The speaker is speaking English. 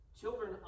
Children